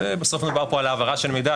ובסוף מדובר פה על העברה של מידע,